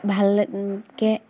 ভালকৈ